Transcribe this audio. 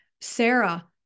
Sarah